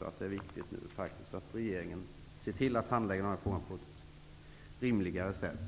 att det är viktigt att regeringen nu faktiskt ser till att handlägga den här frågan på ett rimligare sätt.